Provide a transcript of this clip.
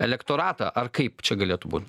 elektoratą ar kaip čia galėtų būt